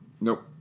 Nope